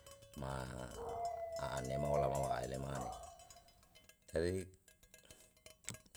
Ma anema walama wa'aele mane jadi.